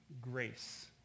grace